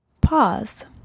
Pause